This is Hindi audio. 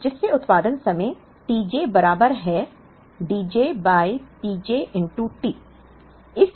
तो जिससे उत्पादन समय t j बराबर है D j by P j T